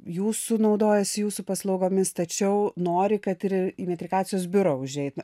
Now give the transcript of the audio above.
jūsų naudojasi jūsų paslaugomis tačiau nori kad ir į metrikacijos biurą užeit